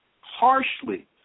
harshly